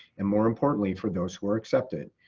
and more importantly, for those who are accepted.